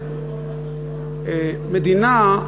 מדינה,